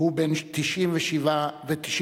והוא בן 97 במותו.